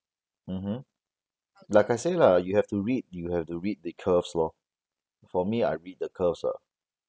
hmm like I said lah you have to read you have to read the curves lor for me I read the curves ah